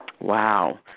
Wow